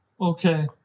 Okay